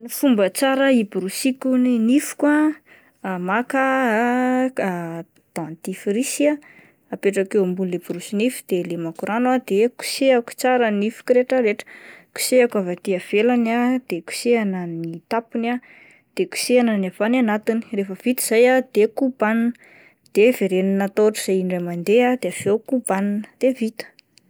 Ny fomba tsara hiborisiko ny nifiko ah, maka aho ah dentifrice ah apetrako eo ambonin'le borosy nify de lemako rano ah de kosehiko tsara nifiko retraretra, kosehiko avy aty ivelany ah, de kosehina ny tapony ah de kosehina ny avy any anatiny, rehefa vita izay de kobanina de verenina atao ohatran'izay indray mandeha de kobanina de vita.